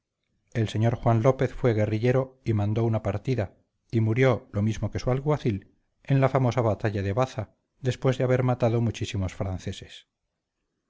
el señor juan lópez fue guerrillero mandó una partida y murió lo mismo que su alguacil en la famosa batalla de baza después de haber matado muchísimos franceses